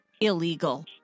illegal